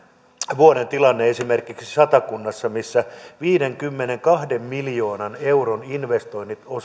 vuoden tilanne esimerkiksi satakunnassa missä viidenkymmenenkahden miljoonan euron investoinnit